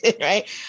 Right